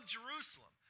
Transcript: Jerusalem